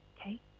Okay